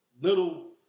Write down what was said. little